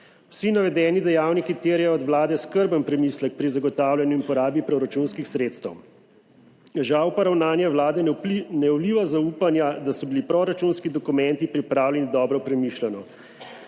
Vsi navedeni dejavniki terjajo od Vlade skrben premislek pri zagotavljanju in porabi proračunskih sredstev, žal pa ravnanje Vlade ne vliva zaupanja, da so bili proračunski dokumenti pripravljeni dobro, premišljeno.